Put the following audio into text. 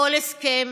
כל הסכם,